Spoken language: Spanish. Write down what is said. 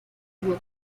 huevos